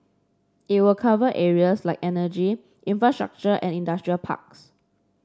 it will cover areas like energy infrastructure and industrial parks